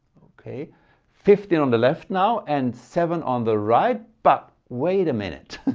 okay fifteen on the left now and seven on the right. but wait a minute.